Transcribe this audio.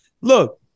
Look